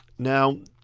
now,